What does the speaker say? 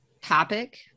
topic